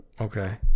okay